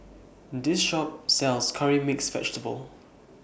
This Shop sells Curry Mixed Vegetable